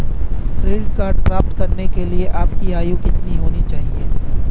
Credit card प्राप्त करने के लिए आपकी आयु कितनी होनी चाहिए?